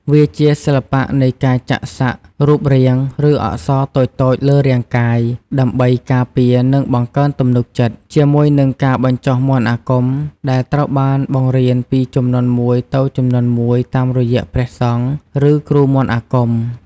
វាជាសិល្បៈនៃការចាក់សាក់រូបរាង ឬអក្សរតូចៗលើរាងកាយ ដើម្បីការពារ និងបង្កើនទំនុកចិត្ត ជាមួយនឹងការបញ្ចុះមន្តអាគមដែលត្រូវបានបង្រៀនពីជំនាន់មួយទៅជំនាន់មួយតាមរយៈព្រះសង្ឃ ឬគ្រូមន្តអាគម។